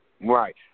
Right